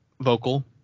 vocal